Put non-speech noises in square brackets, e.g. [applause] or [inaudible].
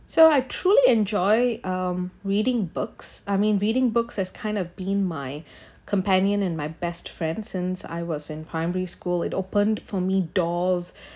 so I truly enjoy um reading books I mean reading books has kind of been my [breath] companion and my best friend since I was in primary school it opened for me doors